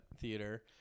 theater